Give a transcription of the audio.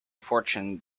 fortune